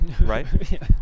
Right